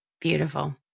Beautiful